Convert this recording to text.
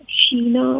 Sheena